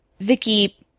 Vicky